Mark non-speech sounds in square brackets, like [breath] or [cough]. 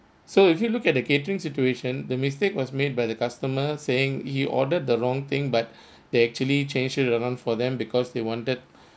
so if you look at the catering situation the mistake was made by the customer saying he ordered the wrong thing but [breath] they actually change it around for them because they wanted